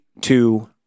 two